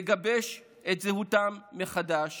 לגבש את זהותם מחדש